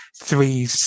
three